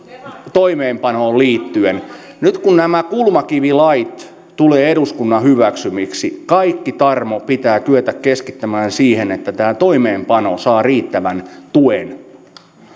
toimeenpanoon liittyen nyt kun nämä kulmakivilait tulevat eduskunnan hyväksymiksi kaikki tarmo pitää kyetä keskittämään siihen että tämä toimeenpano saa riittävän tuen